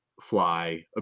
fly